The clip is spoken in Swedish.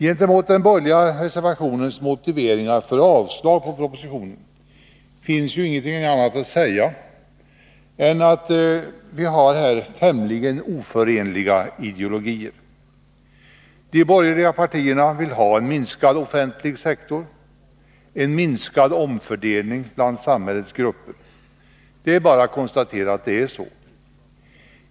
Gentemot den borgerliga reservationens motiveringar för avslag på propositionen finns ju inget annat att säga än att vi här har tämligen oförenliga ideologier. De borgerliga partierna vill ha en minskad offentlig sektor och en minskad omfördelning bland samhällets grupper. Det är bara att konstatera att det är så.